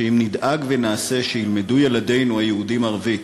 ואם נדאג ונעשה שילמדו ילדינו היהודים ערבית,